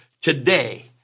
today